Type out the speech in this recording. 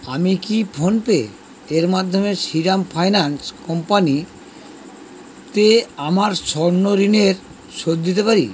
আমি কি ফোনপে এর মাধ্যমে শ্রীরাম ফাইন্যান্স কোম্পানিতে আমার স্বর্ণ ঋণের শোধ দিতে পারি